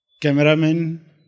Cameraman